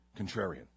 contrarian